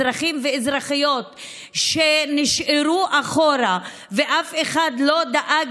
אזרחים ואזרחיות שנשארו מאחור ואף אחד לא דאג